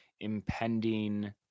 impending